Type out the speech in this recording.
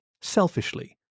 Selfishly